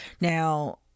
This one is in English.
Now